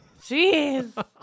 Jeez